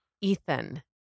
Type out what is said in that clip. Ethan